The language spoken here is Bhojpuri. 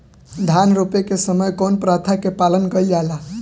धान रोपे के समय कउन प्रथा की पालन कइल जाला?